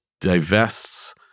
divests